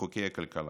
חוקי הכלכלה,